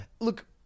look